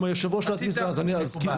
אם היושב-ראש לא מזכיר לך אז אני אזכיר לך.